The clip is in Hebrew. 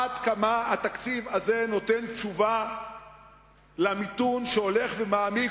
עד כמה התקציב הזה נותן תשובה למיתון שהולך ומעמיק